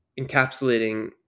encapsulating